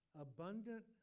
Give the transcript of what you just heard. abundant